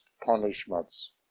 punishments